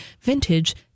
vintage